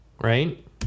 right